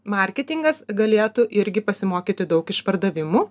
marketingas galėtų irgi pasimokyti daug iš pardavimų